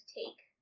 take